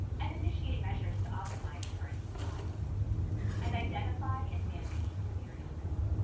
and initiate measures to optimized current supply and identify and manage severe illness.